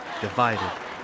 divided